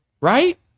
right